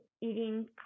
eating